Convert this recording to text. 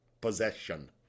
Possession